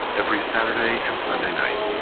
every saturday and sunday night,